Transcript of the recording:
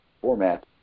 format